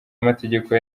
amategeko